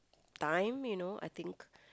time you know I think